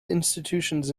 institutions